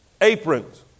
Aprons